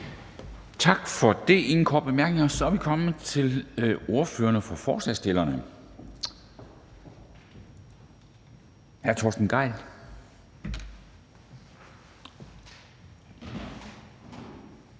Tak for det. Der er ingen korte bemærkninger. Så er vi kommet til ordføreren for forslagsstillerne, hr. Torsten Gejl,